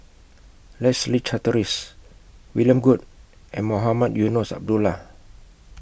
Leslie Charteris William Goode and Mohamed Eunos Abdullah